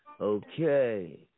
Okay